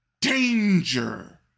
danger